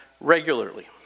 regularly